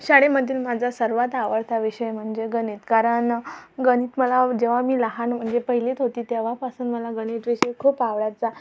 शाळेमधील माझा सर्वात आवडता विषय म्हणजे गणित कारण गणित मला जेव्हा मी लहान म्हणजे पहिलीत होती तेव्हापासून मला गणित विषय खूप आवडायचा